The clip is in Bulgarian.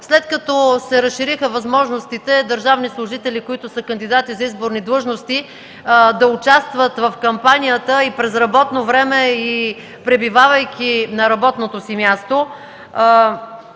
След като се разшириха възможностите държавни служители, кандидати за изборни длъжности, да участват в кампанията и през работно време, и пребивавайки на работното си място,